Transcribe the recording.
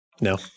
No